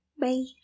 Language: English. Bye